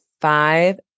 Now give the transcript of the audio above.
five